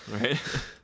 right